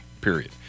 period